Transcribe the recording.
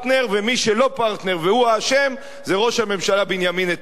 ומי שלא פרטנר והוא האשם זה ראש הממשלה בנימין נתניהו.